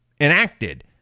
enacted